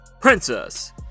Princess